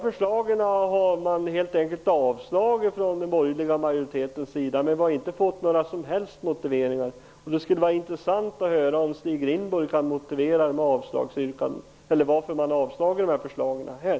Förslaget har avstyrkts av den borgerliga majoriteten. Men det har inte varit några som helst motiveringar. Det skulle vara intressant att få höra om Stig Rindborg kan motivera avslagsyrkandet.